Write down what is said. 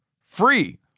free